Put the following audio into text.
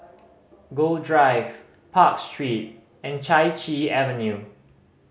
Gul Drive Park Street and Chai Chee Avenue